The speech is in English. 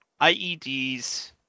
IEDs